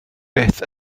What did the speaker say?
beth